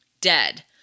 Dead